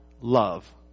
love